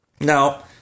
Now